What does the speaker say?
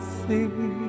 see